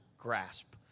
grasp